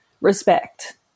respect